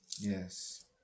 Yes